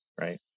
right